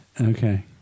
Okay